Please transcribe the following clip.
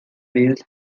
wills